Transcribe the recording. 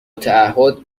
تعهد